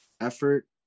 effort